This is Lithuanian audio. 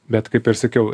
bet kaip ir sakiau